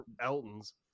Elton's